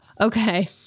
Okay